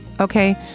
okay